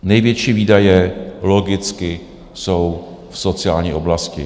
Největší výdaje logicky jsou v sociální oblasti.